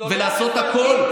ולעשות הכול,